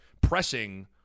pressing